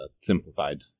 simplified